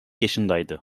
yaşındaydı